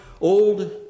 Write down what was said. old